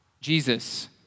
Jesus